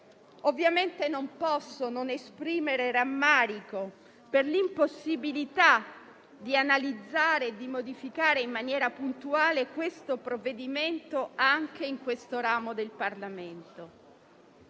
Ovviamente non posso non esprimere rammarico per l'impossibilità di analizzare e modificare in maniera puntuale il provvedimento anche in questo ramo del Parlamento.